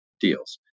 deals